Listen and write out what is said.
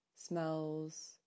smells